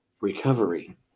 recovery